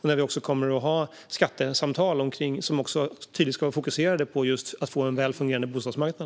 Vi kommer också att ha skattesamtal som tydligt ska vara fokuserade på att få en väl fungerande bostadsmarknad.